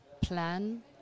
plan